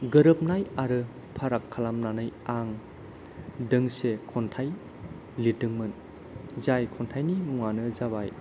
गोरोबनाय आरो फाराग खालामनानै आं दोंसे खन्थाइ लिरदोंमोन जाय खन्थाइनि मुङानो जाबाय